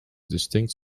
distinct